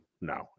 No